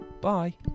Bye